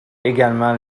également